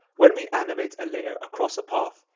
when we animate a layer across a path,